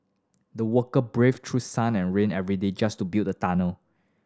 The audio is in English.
the worker braved through sun and rain every day just to build the tunnel